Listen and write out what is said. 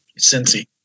Cincy